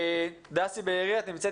דסי בארי ממשרד